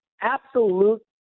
absolute